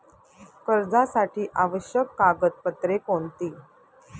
कर्जासाठी आवश्यक कागदपत्रे कोणती?